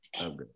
Okay